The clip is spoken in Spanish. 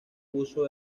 uso